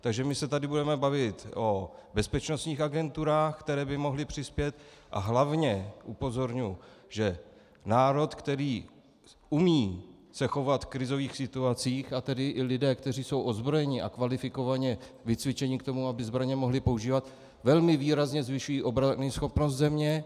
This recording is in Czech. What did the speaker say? Takže my se tady budeme bavit o bezpečnostních agenturách, které by mohly přispět, a hlavně upozorňuji, že národ, který se umí chovat v krizových situacích, a tedy i lidé, kteří jsou ozbrojení a kvalifikovaně vycvičeni k tomu, aby zbraně mohli používat, velmi výrazně zvyšují obranyschopnost země.